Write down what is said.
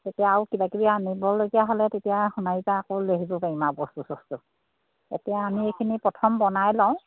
তেতিয়া আৰু কিবা কিবা আনিবলগীয়া হ'লে তেতিয়া সোণাৰি পৰা আকৌ লৈ আহিব পাৰিম আৰু বস্তু চস্তু এতিয়া আমি এইখিনি প্ৰথম বনাই লওঁ